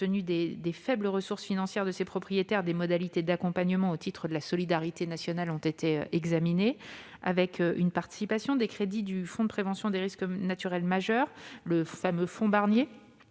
tenu des faibles ressources financières de ces propriétaires, des modalités d'accompagnement au titre de la solidarité nationale sont mises à l'étude- une participation des crédits du fonds de prévention des risques naturels majeurs, le fameux fonds Barnier,